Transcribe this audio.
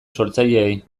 sortzaileei